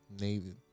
Navy